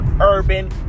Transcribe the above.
urban